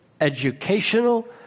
educational